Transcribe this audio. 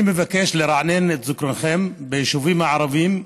אני מבקש לרענן את זיכרונכם: ביישובים הערביים,